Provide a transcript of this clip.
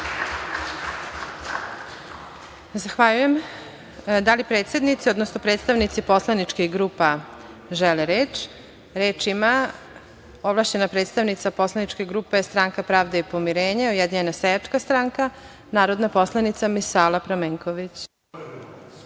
Zahvaljujem. Da li predsednici, odnosno predstavnici poslaničkih grupa žele reč? Reč ima ovlašćena predstavnica poslaničke grupe Stranka pravde i pomirenja – Ujedinjena seljačka stranka narodna poslanica Misala Pramenković.